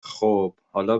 خوب، حالا